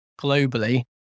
globally